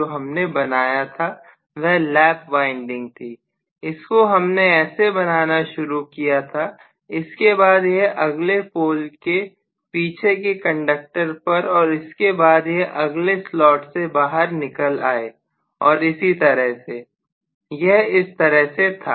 जो हमने बनाया था वह लैप वाइंडिंग थी इसको हमने ऐसे बनाना शुरू किया था इसके बाद यह अगले पोल के पीछे के कंडक्टर पर और इसके बाद यह अगले स्लॉट से बाहर निकल आए और इसी तरह से यह इस तरह से था